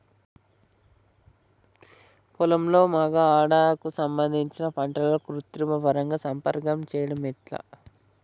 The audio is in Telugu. పొలంలో మగ ఆడ కు సంబంధించిన పంటలలో కృత్రిమ పరంగా సంపర్కం చెయ్యడం ఎట్ల?